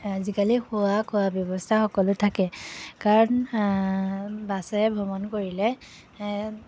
আজিকালি শোৱা খোৱা ব্যৱস্থা সকলো থাকে কাৰণ বাছেৰে ভ্ৰমণ কৰিলে